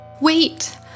Wait